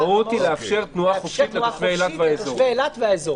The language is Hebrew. המהות היא לאפשר תנועה חופשית לתושבי אילת והאזור.